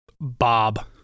Bob